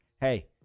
Hey